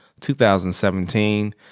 2017